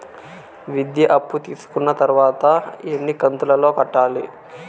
విద్య అప్పు తీసుకున్న తర్వాత ఎన్ని కంతుల లో కట్టాలి?